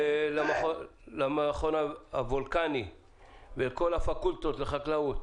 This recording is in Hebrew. ולמכון הוולקני וכל הפקולטות לחקלאות,